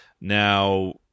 Now